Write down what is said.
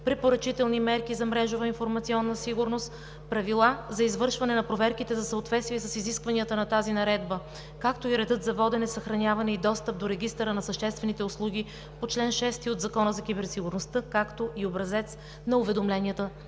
препоръчителни мерки за мрежова информационна сигурност, правила за извършване на проверките за съответствие с изискванията на тази наредба, както и редът за водене, съхраняване и достъп до регистъра на съществените услуги по чл. 6 от Закона за киберсигурността, както и образец на уведомленията